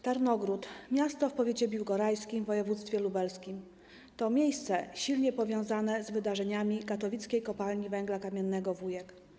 Tarnogród, miasto w powiecie biłgorajskim w województwie lubelskim, to miejsce silnie powiązane z wydarzeniami w katowickiej Kopalni Węgla Kamiennego Wujek.